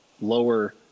lower